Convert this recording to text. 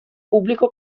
pubblico